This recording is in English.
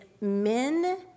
men